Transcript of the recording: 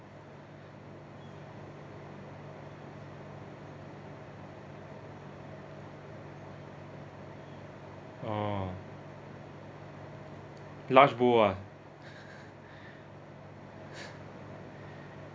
oh large bowl ah